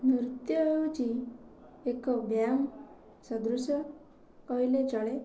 ନୃତ୍ୟ ହେଉଛି ଏକ ବ୍ୟାୟାମ ସଦୃଶ କହିଲେ ଚଳେ